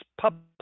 public